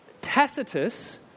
Tacitus